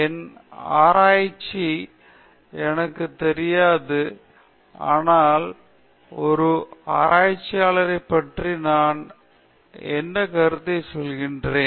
என்ன ஆராய்ச்சி என்று எனக்குத் தெரியாது ஆனால் ஒரு ஆராய்ச்சியாளரைப் பற்றி நான் என்ன கருத்தைச் சொல்கிறேன்